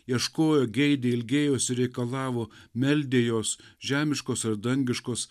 ieškojo geidė ilgėjosi reikalavo meldė jos žemiškos ar dangiškos